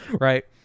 Right